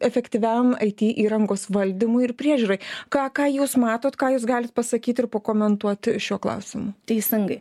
efektyviam it įrangos valdymui ir priežiūrai ką ką jūs matot ką jūs galit pasakyti ir pakomentuot šiuo klausimu teisingai